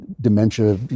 dementia